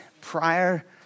prior